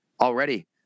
already